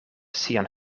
sian